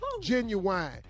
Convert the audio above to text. Genuine